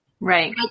Right